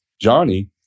Johnny